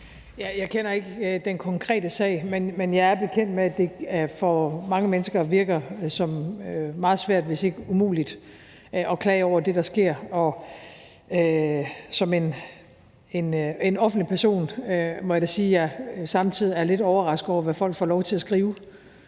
Jeg kender ikke den konkrete sag, men jeg er bekendt med, at det for mange mennesker virker som meget svært, hvis ikke umuligt, at klage over det, der sker. Som en offentlig person må jeg da også sige, at jeg samtidig er lidt overrasket over, hvad folk får lov til at skrive